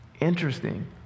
Interesting